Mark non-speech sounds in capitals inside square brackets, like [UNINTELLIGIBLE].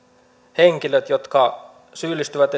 henkilöt jotka vapauduttuaan syyllistyvät [UNINTELLIGIBLE]